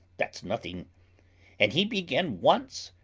that's nothing and he begin once,